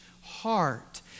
heart